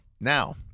Now